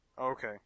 Okay